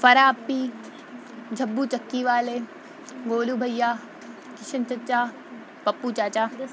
فرح آپی جھبو چکی والے گولو بھیا عاصم چچا پپو چاچا